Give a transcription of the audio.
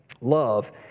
love